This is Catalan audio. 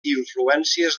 influències